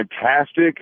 fantastic